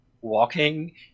walking